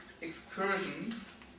excursions